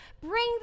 Bring